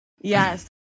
Yes